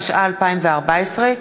התשע"ה 2014,